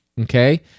okay